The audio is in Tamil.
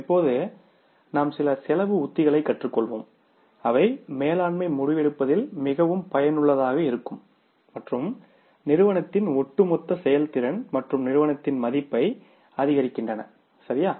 இப்போது நாம் சில செலவு உத்திகளைக் கற்றுக்கொள்வோம் அவை மேலாண்மை முடிவெடுப்பதில் மிகவும் பயனுள்ளதாக இருக்கும் மற்றும் நிறுவனத்தின் ஒட்டுமொத்த செயல்திறன் மற்றும் நிறுவனத்தின் மதிப்பை அதிகரிக்கின்றன சரியா